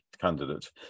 candidate